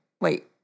wait